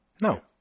No